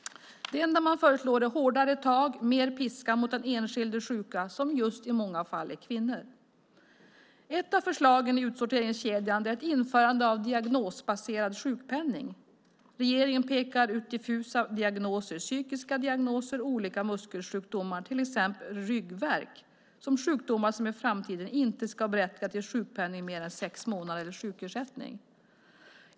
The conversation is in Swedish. Det enda man föreslår är hårdare tag och mer piska mot enskilda sjuka, som i många fall är just kvinnor. Ett av förslagen i utsorteringskedjan är införande av diagnosbaserad sjukpenning. Regeringen pekar ut diffusa diagnoser - psykiska diagnoser och olika muskelsjukdomar, till exempel ryggvärk - som sjukdomar som i framtiden inte ska berättiga till sjukpenning mer än sex månader eller sjukersättning.